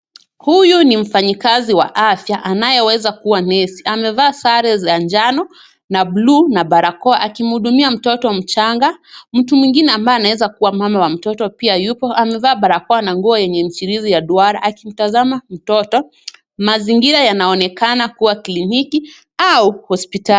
Huyu ni mfanyikazi wa afya anaweza kuwa nersi, amevaa sare za njano na bluu na barakoa, akimhudumia mtoto mchanga. Mtu mwingine ambaye anaweza kuwa mama wa mtoto pia yuko, amevaa barakoa na nguo yenye michirizi ya duara, akitazama mtoto. Mazingira yanaonekana kuwa kiliniki au hospitali.